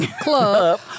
Club